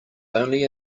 only